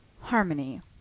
Harmony